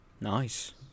Nice